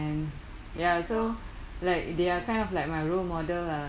and ya so like they are kind of like my role model lah